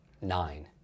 Nine